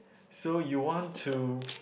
so you want to